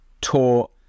taught